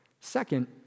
Second